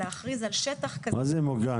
להכריז על שטח כזה --- מה זה "מוגן"?